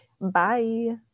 bye